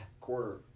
quarter